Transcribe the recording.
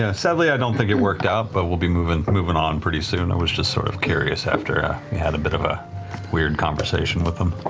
ah sadly, i don't think it worked out, but we'll be moving moving on pretty soon. i was just sort of curious, after we had a bit of a weird conversation with him.